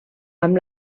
amb